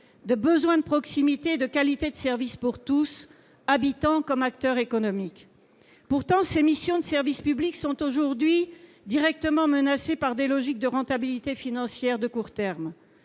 des besoins de proximité et l'exigence de qualité de service pour tous, habitants comme acteurs économiques. Pourtant, ces missions de service public sont aujourd'hui directement menacées par des logiques de rentabilité financière de court terme.